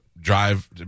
drive